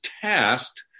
tasked